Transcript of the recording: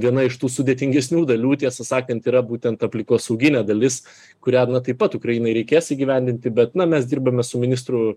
viena iš tų sudėtingesnių dalių tiesą sakant yra būtent aplikosauginė dalis kurią taip pat ukrainai reikės įgyvendinti bet na mes dirbame su ministru